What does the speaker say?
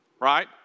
right